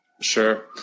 Sure